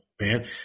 man